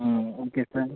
ம் okay sir